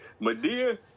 Madea